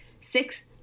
six